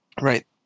right